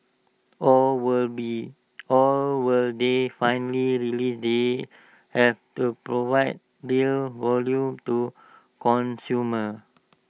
or will be or will they finally realise they have to provide real value to consumers